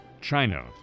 China